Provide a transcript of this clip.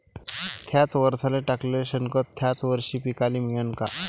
थ्याच वरसाले टाकलेलं शेनखत थ्याच वरशी पिकाले मिळन का?